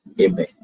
Amen